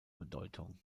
bedeutung